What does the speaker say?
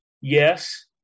yes